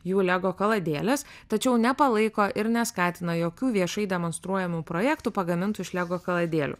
jų lego kaladėlės tačiau nepalaiko ir neskatina jokių viešai demonstruojamų projektų pagamintų iš lego kaladėlių